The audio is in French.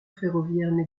ferroviaire